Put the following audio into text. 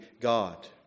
God